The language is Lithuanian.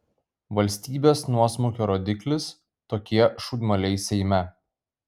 valstybės nuosmukio rodiklis tokie šūdmaliai seime